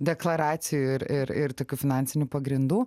deklaracijų ir ir ir tokių finansinių pagrindų